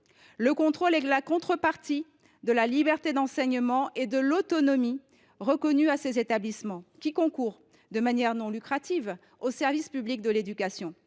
Le contrôle est la contrepartie de la liberté d’enseignement et de l’autonomie reconnue à ces établissements, qui concourent sans but lucratif au service public de l’éducation.